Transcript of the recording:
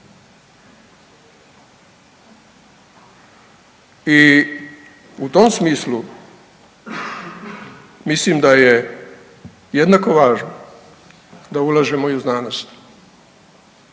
I u tom smislu mislim da je jednako važno da ulažemo i u znanost.